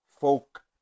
folk